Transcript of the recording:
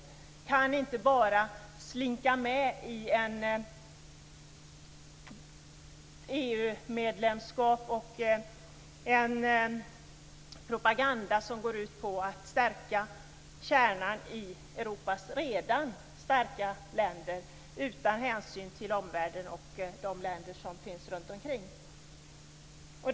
Vi kan inte bara slinka med i ett EU-medlemskap och en propaganda som går ut på att stärka kärnan i Europas redan starka länder utan hänsyn till omvärlden och de länder som finns runtomkring.